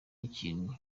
n’ikintu